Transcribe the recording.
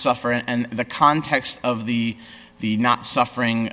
suffer and the context of the the not suffering